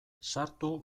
sartu